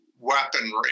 weaponry